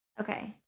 Okay